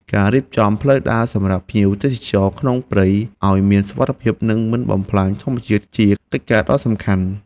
ការរៀបចំផ្លូវដើរសម្រាប់ភ្ញៀវទេសចរក្នុងព្រៃឱ្យមានសុវត្ថិភាព និងមិនបំផ្លាញធម្មជាតិជាកិច្ចការដ៏សំខាន់។